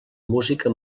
música